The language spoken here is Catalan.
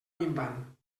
minvant